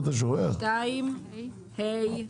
תיקון של סעיף 2(ה)